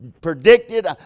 predicted